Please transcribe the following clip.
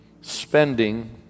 spending